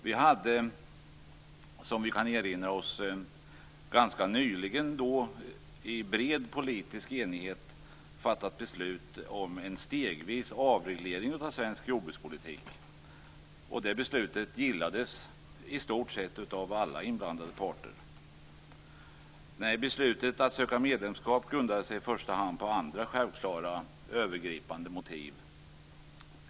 Vi hade då - som vi kan erinra oss - ganska nyligen i bred politisk enighet fattat beslut om en stegvis avreglering av svensk jordbrukspolitik, och detta beslut gillades i stort sett av alla inblandade parter. Nej, beslutet om att söka medlemskap grundade sig i första hand på andra självklara övergripande motiv.